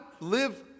live